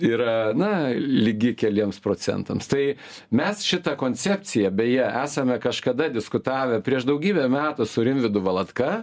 yra na lygi keliems procentams tai mes šitą koncepciją beje esame kažkada diskutavę prieš daugybę metų su rimvydu valatka